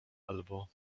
albo